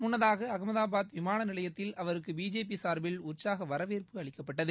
முன்னதாக அகமதாபாத் விமான நிலையத்தில் அவருக்கு பிஜேபி சாா்பில் உற்சாக வரவேற்பு அளிக்கப்பட்டது